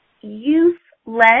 youth-led